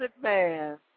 man